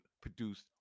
produced